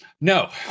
No